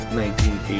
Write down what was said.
1980